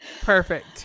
Perfect